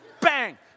Bang